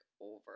over